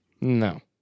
No